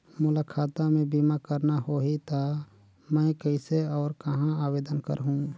मोला खाता मे बीमा करना होहि ता मैं कइसे और कहां आवेदन करहूं?